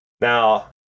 Now